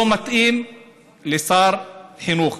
לא מתאים לשר חינוך,